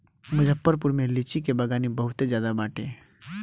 मुजफ्फरपुर में लीची के बगानी बहुते ज्यादे बाटे